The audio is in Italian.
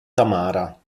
tamara